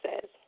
says